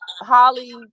Holly